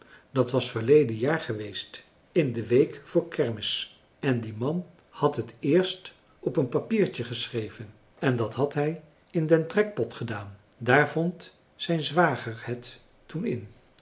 dat was verleden jaar geweest in de week voor kermis en die man had het eerst op een papiertje geschreven en dat had hij in den trekpot gedaan daar vond zijn zwager het toen in